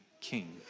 king